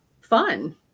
fun